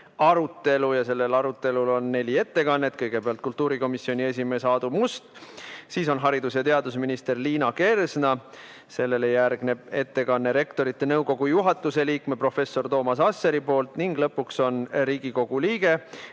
arutelu. Arutelul on neli ettekannet. Kõigepealt võtab sõna kultuurikomisjoni esimees Aadu Must, siis on haridus- ja teadusminister Liina Kersna, sellele järgneb ettekanne Rektorite Nõukogu juhatuse liikmelt professor Toomas Asserilt ning lõpuks räägib Riigikogu liige,